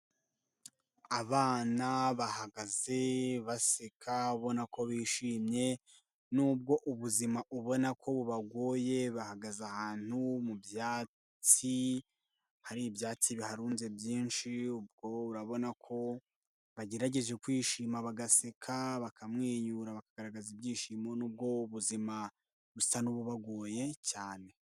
Abana bahagaze baseka ubona ko bishimye, nubwo ubuzima ubona ko bubagoye, bahagaze ahantu mu byatsi, hari ibyatsi biharunze byinshi, ubwo urabona ko bagerageje kwishima bagaseka, bakamwenyura, bakagaragaza ibyishimo, nubwo ubuzima busa n'ububagoye cyane.